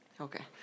okay